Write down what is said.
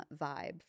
vibe